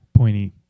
pointy